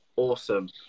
Awesome